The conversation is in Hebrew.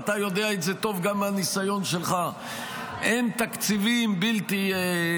ואתה יודע את זה טוב גם מהניסיון שלך: אין תקציבים בלתי מוגבלים.